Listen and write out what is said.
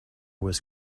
was